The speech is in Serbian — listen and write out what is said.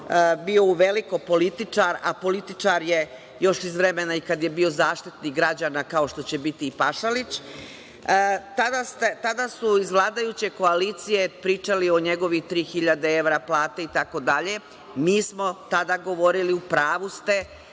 bio uveliko političar, a političar je još iz vremena i kada je bio Zaštitnik građana, kao što će biti i Pašalić, tada su iz vladajuće koalicije pričali o njegovih tri hiljade evra plate, itd. Mi smo tada govorili – u pravu ste,